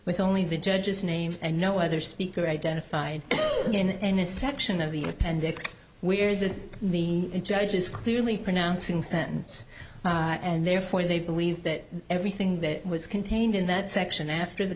with only the judge's name and no other speaker identified in a section of the appendix where the the judge is clearly pronouncing sentence and therefore they believe that everything that was contained in that section after the